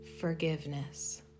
forgiveness